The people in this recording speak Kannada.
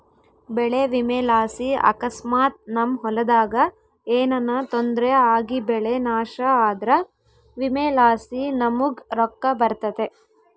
ಬೆಳೆ ವಿಮೆಲಾಸಿ ಅಕಸ್ಮಾತ್ ನಮ್ ಹೊಲದಾಗ ಏನನ ತೊಂದ್ರೆ ಆಗಿಬೆಳೆ ನಾಶ ಆದ್ರ ವಿಮೆಲಾಸಿ ನಮುಗ್ ರೊಕ್ಕ ಬರ್ತತೆ